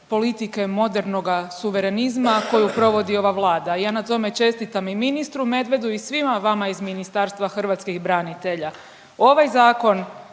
politike modernoga suverenizma koju provodi ova Vlada i ja na tome čestitam i ministru Medvedu i svima vama iz Ministarstva hrvatskih branitelja. Ovaj zakon